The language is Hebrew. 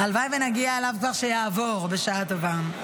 הלוואי שנגיע אליו כבר, שיעבור, בשעה טובה,